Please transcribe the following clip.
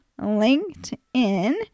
LinkedIn